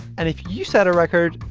and if you set a record,